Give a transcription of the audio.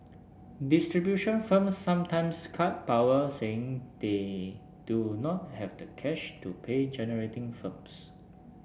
distribution firms sometimes cut power saying they do not have the cash to pay generating firms